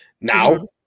Now